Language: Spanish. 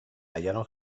hallaron